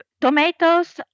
tomatoes